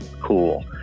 cool